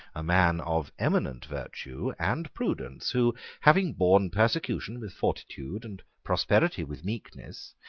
a man of eminent virtue and prudence, who, having borne persecution with fortitude and prosperity with meekness,